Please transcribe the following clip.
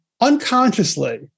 unconsciously